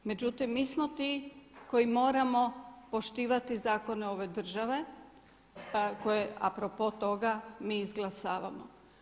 Međutim, mi smo ti koji moramo poštivati zakone ove države a koje a propos toga mi izglasavamo.